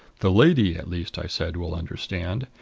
the lady at least, i said, will understand.